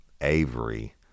Avery